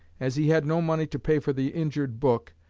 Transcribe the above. as he had no money to pay for the injured book,